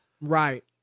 right